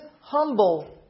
humble